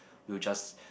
we'll just